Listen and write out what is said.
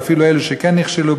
ואפילו אלה שכן נכשלו,